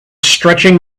stretching